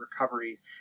recoveries